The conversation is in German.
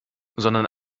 sondern